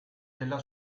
della